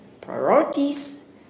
priorities